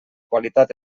qualitat